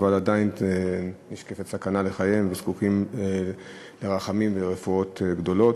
אבל עדיין נשקפת סכנה לחייהם והם זקוקים לרחמים ורפואות גדולות.